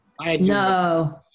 No